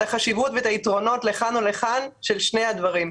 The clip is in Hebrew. החשיבות ואת היתרונות לכאן ולכאן של שני הדברים.